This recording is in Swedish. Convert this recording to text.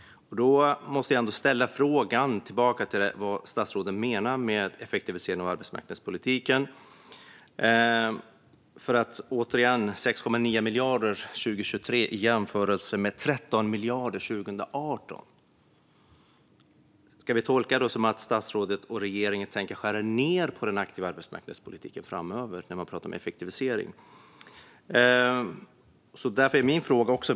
Jag måste fråga vad statsrådet menar med effektivisering av arbetsmarknadspolitiken. Återigen: Det rör sig om 6,9 miljarder 2023 i jämförelse med 13 miljarder 2018. Ska vi tolka statsrådets och regeringens tal om effektivisering som att man tänker skära ned på den aktiva arbetsmarknadspolitiken framöver?